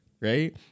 right